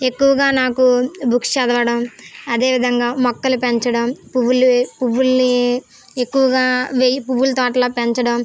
ఎక్కువగా నాకు బుక్స్ చదవడం అదే విధంగా మొక్కలు పెంచడం పువ్వులు పువ్వుల్ని ఎక్కువగా వెయ్యి పువుల తోటలా పెంచడం